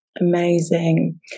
Amazing